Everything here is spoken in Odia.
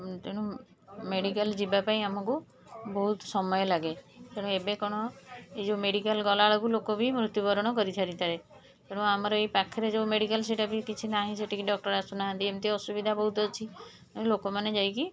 ଉଁ ତେଣୁ ମେଡ଼ିକାଲ୍ ଯିବାପାଇଁ ଆମକୁ ବହୁତ ସମୟ ଲାଗେ ତେଣୁ ଏବେ କ'ଣ ଏଇ ଯେଉଁ ମେଡ଼ିକାଲ୍ ଗଲାବେଳକୁ ଲୋକ ବି ମୃତ୍ୟୁବରଣ କରିସାରିଥାଏ ତେଣୁ ଆମର ଏଇ ପାଖରେ ଯେଉଁ ମେଡ଼ିକାଲ୍ ସେଇଟା ବି କିଛି ନାହିଁ ସେଠିକି ଡକ୍ଟର ଆସୁନାହାନ୍ତି ଏମତି ଅସୁବିଧା ବହୁତ ଅଛି ଏ ଲୋକମାନେ ଯାଇକି